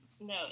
No